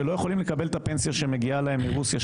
שלא יכולים לקבל את הפנסיה שמגיעה להם מרוסיה,